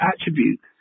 attributes